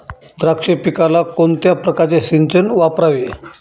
द्राक्ष पिकाला कोणत्या प्रकारचे सिंचन वापरावे?